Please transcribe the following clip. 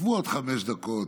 תשבו עוד חמש דקות,